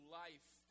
life